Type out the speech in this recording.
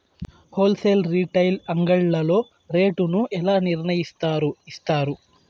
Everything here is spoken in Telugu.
హోల్ సేల్ రీటైల్ అంగడ్లలో రేటు ను ఎలా నిర్ణయిస్తారు యిస్తారు?